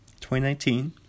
2019